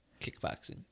kickboxing